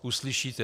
Uslyšíte.